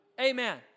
Amen